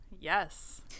Yes